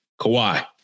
Kawhi